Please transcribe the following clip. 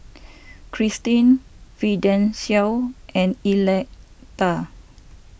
Kristine Fidencio and Electa